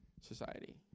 society